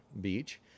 beach